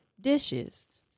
dishes